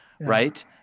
right